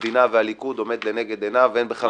המדינה והליכוד עומד לנגד עיניו ואין בכלל מחלוקת.